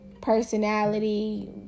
personality